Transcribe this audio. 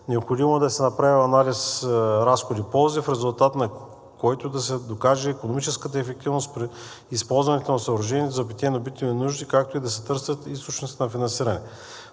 Необходимо е да се направи анализ разходи – ползи, в резултат на който да се докаже икономическата ефективност при използване на съоръжението за питейно-битови нужди, както и да се търсят източници за финансиране.